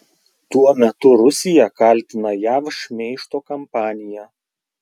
tuo metu rusija kaltina jav šmeižto kampanija